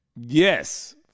Yes